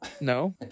No